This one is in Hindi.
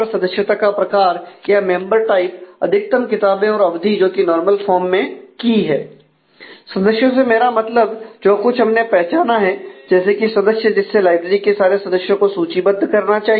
सदस्यों से मेरा मतलब जो कुछ हमने पहचाना है जैसे कि सदस्य जिससे लाइब्रेरी के सारे सदस्यों को सूचीबद्ध करना चाहिए